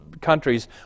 countries